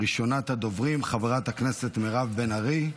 ראשונת הדוברים, חברת הכנסת מירב בן ארי,